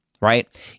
right